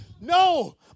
No